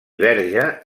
verge